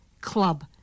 club